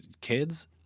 kids